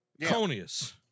conius